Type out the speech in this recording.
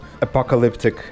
apocalyptic